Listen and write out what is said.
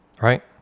Right